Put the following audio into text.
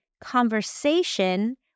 conversation